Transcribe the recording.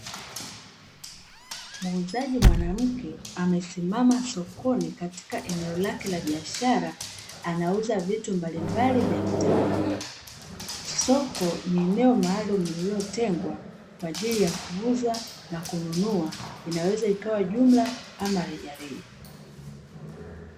Muuzaji mwanamke amesimama sokoni katika eneo lake la biashara anauza vitu mbalimbali vya kitamaduni. Soko ni eneo maalumu lililotengwa kwa ajili ya kuuza na kununua, inaweza ikawa jumla ama rejareja.